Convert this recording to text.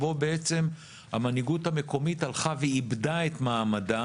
בו המנהיגות בעצם הלכה ואיבדה את מעמדה,